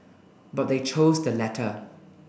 but they chose the latter